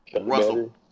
Russell